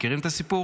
מכירים את הסיפור